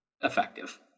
effective